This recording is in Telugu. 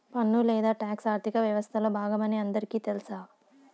పన్ను లేదా టాక్స్ ఆర్థిక వ్యవస్తలో బాగమని అందరికీ తెల్స